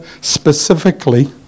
specifically